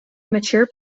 mature